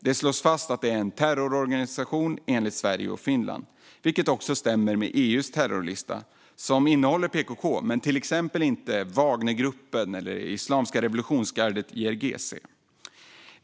Det slås fast att det är en terrororganisation enligt Sverige och Finland, vilket också stämmer med EU:s terrorlista som innehåller PKK men till exempel inte Wagnergruppen eller iranska revolutionsgardet IRGC.